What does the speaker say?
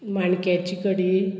माणक्याची कडी